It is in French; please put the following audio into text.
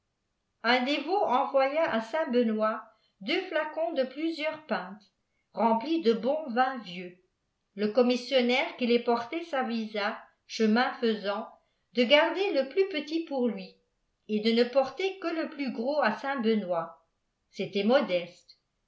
un dévot envoya à saint benoit deux flacons de plùsieurii pintes remplis de bon vin yieux le commissionnaire qui les portait s'avisa chemin faisant de garder le plus petit pour lu t de ne porter que le plus gros à saint benoit c'était modeste